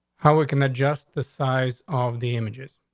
how we can adjust the size of the images.